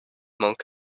monk